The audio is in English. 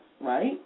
right